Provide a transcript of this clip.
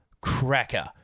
Cracker